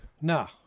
No